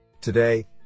Today